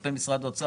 כלפי משרד האוצר.